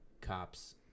Cops